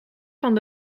van